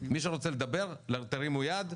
מי שרוצה לדבר, תרימו יד,